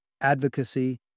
advocacy